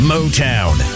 Motown